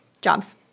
jobs